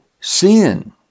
sin